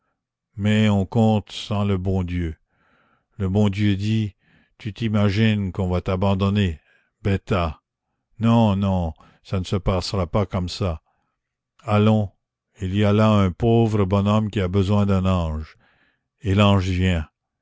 mais on compte sans le bon dieu le bon dieu dit tu t'imagines qu'on va t'abandonner bêta non non ça ne se passera pas comme ça allons il y a là un pauvre bonhomme qui a besoin d'un ange et l'ange